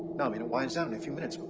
no, i mean it winds down in a few minutes.